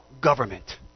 government